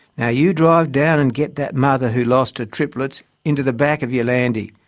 now you drive down and get that mother who lost her triplets into the back of your landie,